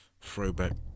throwback